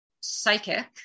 psychic